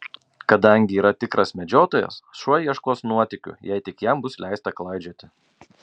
kadangi yra tikras medžiotojas šuo ieškos nuotykių jei tik jam bus leista klaidžioti